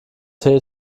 tee